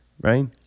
right